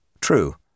True